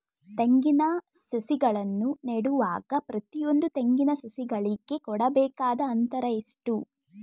ತೆಂಗಿನ ಸಸಿಗಳನ್ನು ನೆಡುವಾಗ ಪ್ರತಿಯೊಂದು ತೆಂಗಿನ ಸಸಿಗಳಿಗೆ ಕೊಡಬೇಕಾದ ಅಂತರ ಎಷ್ಟು?